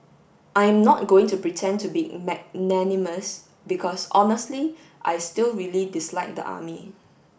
I'm not going to pretend to be magnanimous because honestly I still really dislike the army